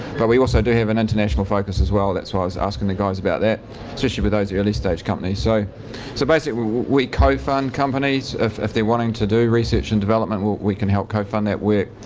but we also do have an international focus, as well that's why i was asking the guys about that especially with those early stage companies. so so basically, we co-fund companies. if they're wanting to do research and development, we can help co-fund that work.